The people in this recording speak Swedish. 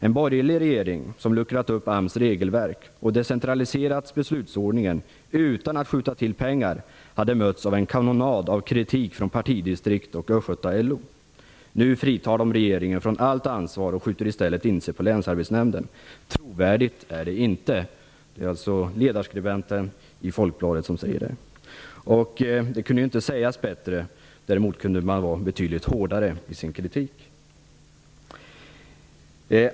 En borgerlig regering, som luckrat upp AMS regelverk och decentraliserat beslutsordningen utan att skjuta till pengar, hade mötts av en kanonad av kritik från partidistrikt och Östgöta-LO. Nu fritar de regeringen från allt ansvar och skjuter i stället in sig på länsarbetsnämnden. Trovärdigt är det inte. Detta är det alltså ledarskribenten i Folkbladet Östgöten som säger. Det kunde inte sägas bättre. Däremot kunde man ha varit betydligt hårdare i sin kritik.